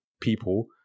people